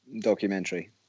documentary